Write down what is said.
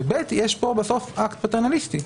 בי"ת, יש פה בסוף אקט פטרנליסטי.